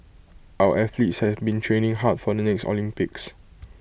our athletes have been training hard for the next Olympics